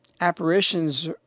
apparitions